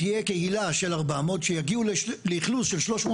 תהיה קהילה של 400. שיגיעו לאכלוס של 350